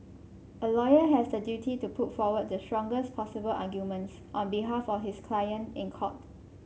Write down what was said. a lawyer has the duty to put forward the strongest possible arguments on behalf of his client in court